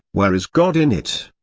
where is god in it,